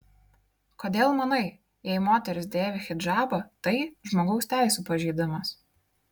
kodėl manai jei moteris dėvi hidžabą tai žmogaus teisių pažeidimas